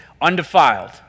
undefiled